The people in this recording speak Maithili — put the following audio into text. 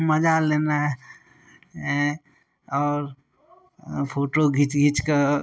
मजा लेनाए अँ आओर फोटो घीचि घीचिकऽ ओकर